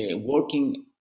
working